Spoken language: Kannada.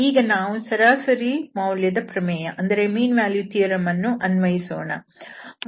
ಈಗ ನಾವು ಸರಾಸರಿ ಮೌಲ್ಯದ ಪ್ರಮೇಯ ವನ್ನು ಅನ್ವಯಿಸೋಣ